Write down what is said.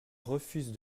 refuse